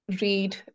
read